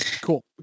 cool